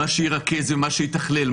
מה שירכז ומה שיתכלל,